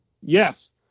Yes